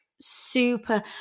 super